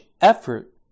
effort